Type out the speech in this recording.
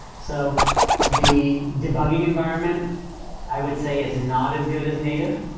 so the debugging environment i would say is not as good as native.